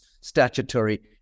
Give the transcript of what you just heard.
statutory